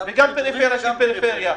וגם פריפריה של הפריפריה,